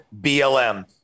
BLM